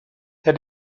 der